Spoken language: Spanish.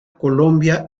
colombia